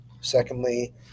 secondly